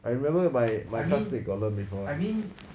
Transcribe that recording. I remember my my some they got learn before